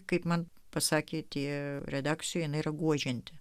kaip man pasakė tie redakcijoje nėra guodžianti